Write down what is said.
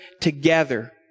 together